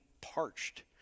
parched